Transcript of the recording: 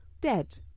dead